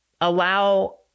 allow